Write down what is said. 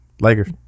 Lakers